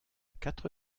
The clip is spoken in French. quatre